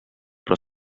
però